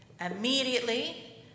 Immediately